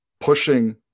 pushing